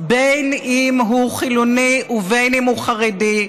בין שהוא חילוני ובין שהוא חרדי,